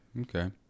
Okay